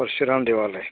परशुराम देवालय